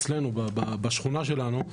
אצלנו בשכונה שלנו,